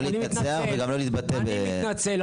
אני מתנצל.